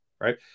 Right